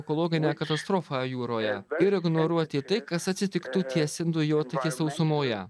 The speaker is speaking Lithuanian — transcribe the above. ekologinę katastrofą jūroje ir ignoruoti tai kas atsitiktų tiesiant dujotiekį sausumoje